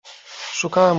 szukałem